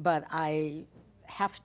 but i have